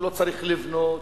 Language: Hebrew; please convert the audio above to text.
הוא לא צריך לבנות,